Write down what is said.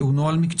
כי נוהל מקצועי,